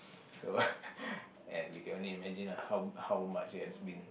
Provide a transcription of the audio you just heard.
so and you can only imagine lah how how much it has been